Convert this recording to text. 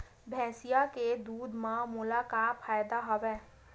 भैंसिया के दूध म मोला का फ़ायदा हवय?